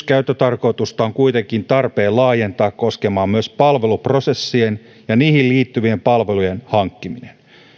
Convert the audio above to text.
käyttötarkoitusta on kuitenkin tarpeen laajentaa koskemaan myös palveluprosessien ja niihin liittyvien palvelujen